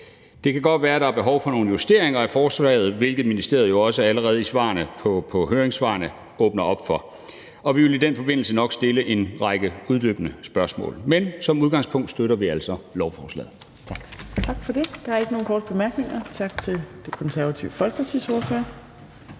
Det kan godt være, at der er behov for nogle justeringer af forslaget, hvilket ministeriet jo også allerede i svarene på høringssvarene åbner op for, og vi vil i den forbindelse nok stille en række uddybende spørgsmål. Men som udgangspunkt støtter vi altså lovforslaget.